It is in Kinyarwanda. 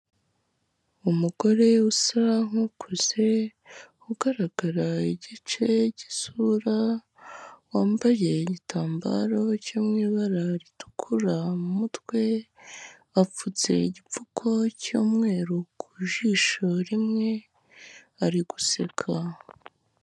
Umugore usa nk'ukuze, ugaragara igice cy'isura, wambaye igitambaro cyo mu ibara ritukura mu mutwe, apfutse igipfuko cy'umweru ku jisho rimwe, ari guseka.